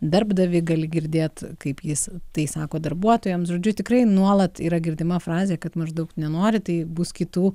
darbdavį gali girdėt kaip jis tai sako darbuotojams žodžiu tikrai nuolat yra girdima frazė kad maždaug nenori tai bus kitų